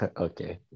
okay